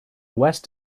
west